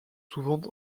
souvent